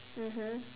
mmhmm